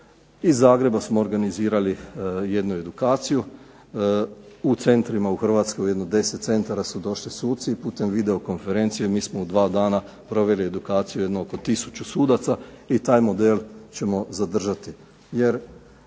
iz Zagreba smo organizirali jednu edukaciju u centrima u Hrvatskoj, jedno 10 centara su došli suci i putem video konferencije mi smo u 2 dana proveli edukaciju jedno oko 1000 sudaca i taj model ćemo zadržati.